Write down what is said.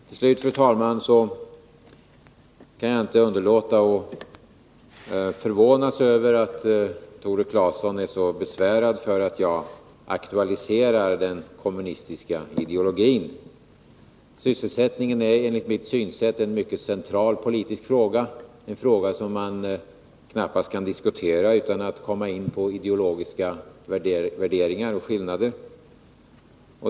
Till slut, fru talman, kan jag inte underlåta att förvånas över att Tore Claeson är så besvärad för att jag aktualiserar den kommunistiska ideologin. Sysselsättningen är enligt mitt synsätt en mycket central politisk fråga, en fråga som man knappast kan diskutera utan att komma in på ideologiska värderingar och skillnader.